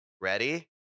Ready